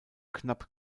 knapp